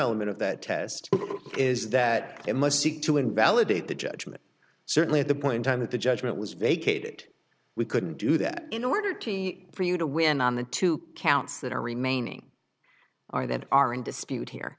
element of the test is that it must seek to invalidate the judgment certainly at the point time that the judgment was vacated we couldn't do that in order to for you to win on the two counts that are remaining or that are in dispute here